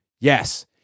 Yes